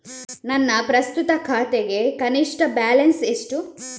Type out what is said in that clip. ನನ್ನ ಪ್ರಸ್ತುತ ಖಾತೆಗೆ ಕನಿಷ್ಠ ಬ್ಯಾಲೆನ್ಸ್ ಎಷ್ಟು?